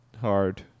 hard